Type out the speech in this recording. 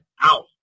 out